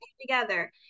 together